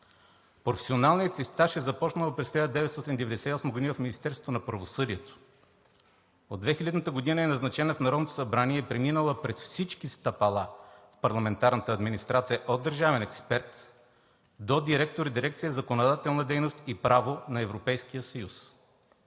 Професионалният си стаж е започнала през 1998 г. в Министерството на правосъдието. От 2000 г. е назначена в Народното събрание и е преминала през всички стъпала в парламентарната администрация от държавен експерт до директор Дирекция „Законодателна дейност и право на Европейския съюз“.